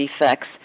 defects